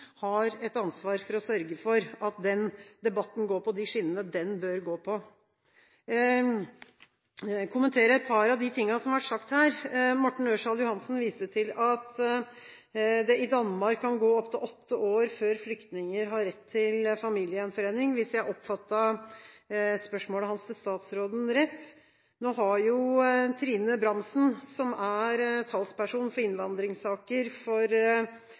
har et ansvar for å sørge for at den debatten går på de skinnene som den bør gå på. Jeg vil kommentere et par av tingene som har blitt sagt her: Morten Ørsal Johansen viste til at det i Danmark kan gå opptil åtte år før flyktninger har rett til familiegjenforening, hvis jeg oppfattet spørsmålet hans til statsråden rett. Trine Bramsen, som er talsperson for innvandringssaker for